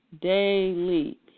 daily